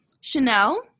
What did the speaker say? Chanel